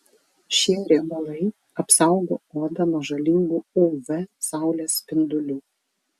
šie riebalai apsaugo odą nuo žalingų uv saulės spindulių